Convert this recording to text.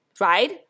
right